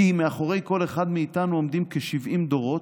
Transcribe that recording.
כי "מאחורי כל אחד מאיתנו עומדים כשבעים דורות,